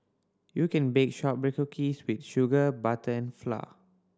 you can bake shortbread cookies with sugar butter and flour